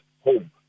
home